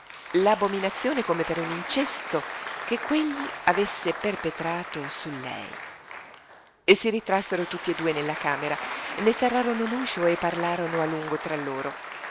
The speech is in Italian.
ribrezzo l'abominazione come per un incesto che quegli avesse perpetrato su lei si ritrassero tutti e due nella camera ne serrarono l'uscio e parlarono a lungo tra loro